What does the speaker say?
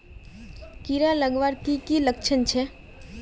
कीड़ा लगवार की की लक्षण छे?